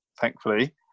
thankfully